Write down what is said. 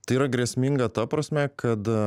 tai yra grėsminga ta prasme kad